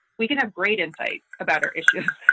we can have great insight about our issue.